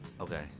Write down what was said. Okay